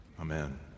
Amen